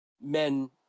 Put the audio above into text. men